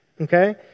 Okay